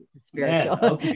spiritual